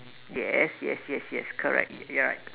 yes yes yes yes correct you're right